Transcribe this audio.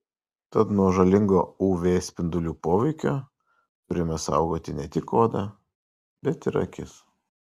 tad nuo žalingo uv spindulių poveikio turime saugoti ne tik odą bet ir akis